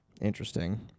Interesting